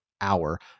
hour